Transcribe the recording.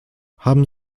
haben